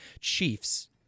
chiefs